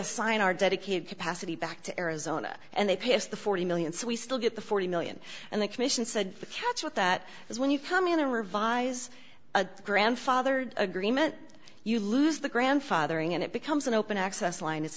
assign our dedicated pasadena back to arizona and they pay us the forty million so we still get the forty million and the commission said the catch with that is when you come in and revise a grandfathered agreement you lose the grandfathering and it becomes an open access line it's